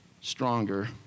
stronger